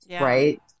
right